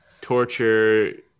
torture